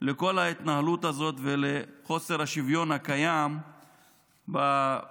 כל ההתנהלות הזאת ועל חוסר השוויון הקיים בחברה.